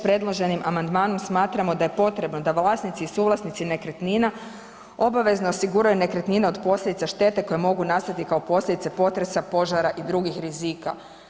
Predloženim amandmanom smatramo da je potrebno da vlasnici i suvlasnici nekretnina obavezno osiguraju nekretnina od posljedica štete koja mogu nastati kao posljedice potresa, požara i drugih rizika.